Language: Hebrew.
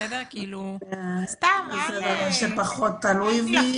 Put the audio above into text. זה דבר שפחות תלוי בי.